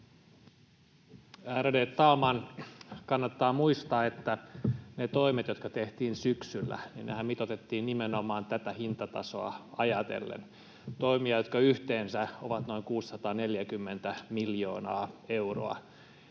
Ärade talman! Kannattaa muistaa, että ne toimet, jotka tehtiin syksyllä, mitoitettiin nimenomaan tätä hintatasoa ajatellen, toimet, jotka yhteensä ovat noin 640 miljoonaa euroa.